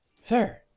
Sir